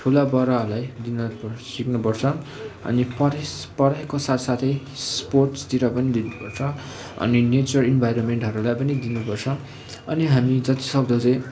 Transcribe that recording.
ठुला बडाहरूलाई दिन पर् सिक्नु पर्छ अनि पढिस पढाइको साथसाथै स्पोर्टसतिर पनि दिनु पर्छ अनि नेचर इन्भारोमेन्टहरूलाई पनि दिनु पर्छ अनि हामी जति सक्दो चाहिँ